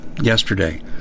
yesterday